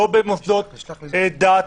לא במוסדות דת,